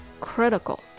Critical